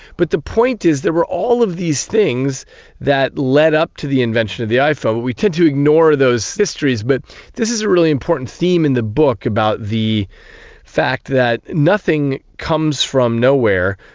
but the point is there were all of these things that led up to the invention of the iphone. but we tend to ignore those histories, but this is a really important theme in the book, about the fact that nothing comes from nowhere.